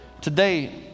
Today